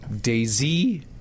Daisy